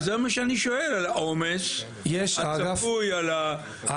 אז זה מה שאני שואל: על העומס הצפוי על האגף